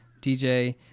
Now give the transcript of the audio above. DJ